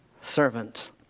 servant